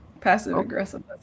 passive-aggressive